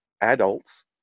adults